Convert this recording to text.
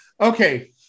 okay